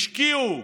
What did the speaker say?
השקיעו.